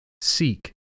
Seek